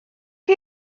chi